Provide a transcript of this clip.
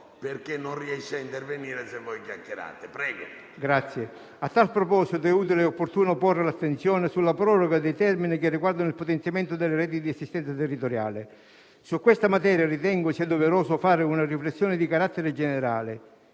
disponibili autorizzate a legislazione vigente. A tal proposito, è utile e opportuno porre l'attenzione sulla proroga dei termini che riguardano il potenziamento delle reti di assistenza territoriale. Su questa materia ritengo sia doveroso fare una riflessione di carattere generale.